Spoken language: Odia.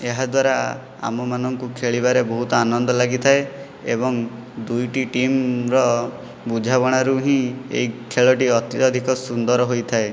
ଏହାଦ୍ୱାରା ଆମମାନଙ୍କୁ ଖେଳିବାରେ ବହୁତ ଆନନ୍ଦ ଲାଗିଥାଏ ଏବଂ ଦୁଇଟି ଟିମର ବୁଝାମଣାରୁ ହିଁ ଏଇ ଖେଳଟି ଅତ୍ୟଧିକ ସୁନ୍ଦର ହୋଇଥାଏ